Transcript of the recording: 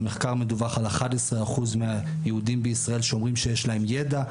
במחקר מדווח על 11% מהיהודים בישראל שאומרים שיש להם ידע.